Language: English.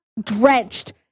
drenched